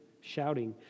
shouting